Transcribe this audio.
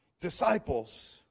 disciples